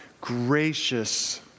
gracious